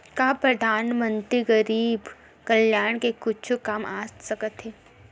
का परधानमंतरी गरीब कल्याण के कुछु काम आ सकत हे